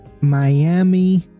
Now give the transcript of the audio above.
Miami